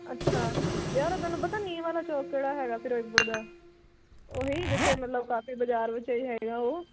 ਅੱਛਾ ਯਾਰ ਤੈਨੂੰ ਪਤਾ ਨਿੰਮ ਵਾਲਾ ਚੌਂਕ ਕਿਹੜਾ ਹੈਗਾ ਫਿਰੋਜ਼ਪੁਰ ਦਾ ਉਹ ਹੀ ਜਿੱਥੇ ਮਤਲਬ ਕਾਫ਼ੀ ਬਾਜ਼ਾਰ ਵਿੱਚ ਇਹ ਹੈਗਾ ਉਹ